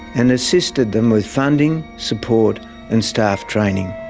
and assisted them with funding, support and staff training.